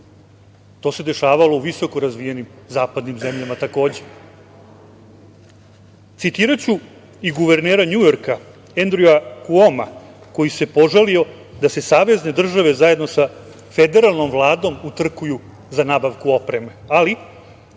To se dešavalo u visoko razvijenim zapadnim zemljama takođe. Citiraću i guvernera Njujorka, Endruja Kuoma koji se požalio da se savezne države, zajedno sa federalnom Vladom utrkuju za nabavku opreme, ali